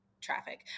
traffic